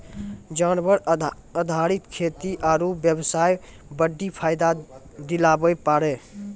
जानवर आधारित खेती आरू बेबसाय बड्डी फायदा दिलाबै पारै